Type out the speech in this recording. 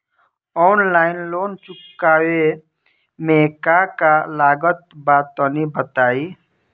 Online loan चुकावे म का का लागत बा तनि बताई?